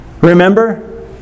remember